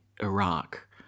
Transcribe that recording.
Iraq